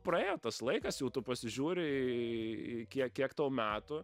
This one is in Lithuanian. praėjo tas laikas jau tu pasižiūri į kiek kiek tau metų